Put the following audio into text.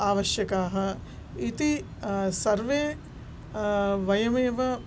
आवश्यकाः इति सर्वे वयमेव